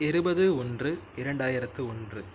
இருபது ஒன்று இரண்டாயிரத்து ஒன்று